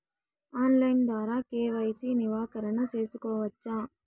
Online ద్వారా KYC నవీకరణ సేసుకోవచ్చా?